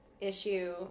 issue